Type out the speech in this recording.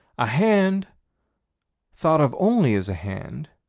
a hand thought of only as a hand,